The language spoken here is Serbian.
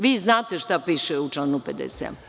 Vi znate šta piše u članu 57.